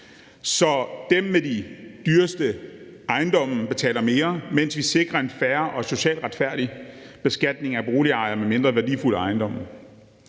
så dem med de dyreste ejendomme betaler mere, mens vi sikrer en fair og socialt retfærdig beskatning af boligejere med mindre værdifulde ejendomme.